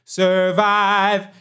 survive